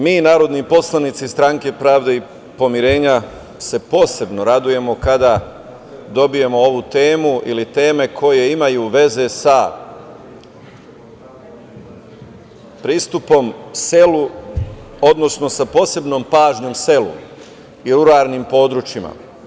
Mi narodni poslanici Stranke pravde i pomirenja se posebno radujemo kada dobijemo ovu temu ili teme koje imaju veze sa pristupom selu, odnosno sa posebnom pažnjom selu i ruralnim područjima.